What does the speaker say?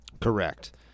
Correct